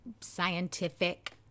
scientific